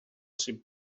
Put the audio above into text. ses